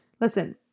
listen